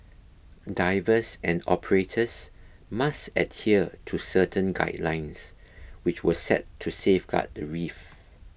divers and operators must adhere to certain guidelines which were set to safeguard the reef